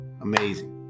Amazing